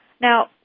Now